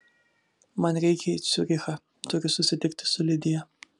man reikia į ciurichą turiu susitikti su lidija